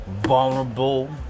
vulnerable